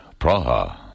Praha